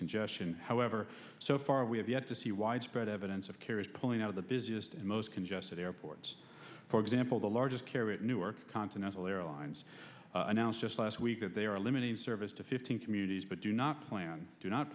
congestion however so far we have yet to see widespread evidence of kerry's pulling out of the busiest and most congested airports for example the largest carrier at newark continental airlines announced just last week that they are limiting service to fifteen communities but do not plan to not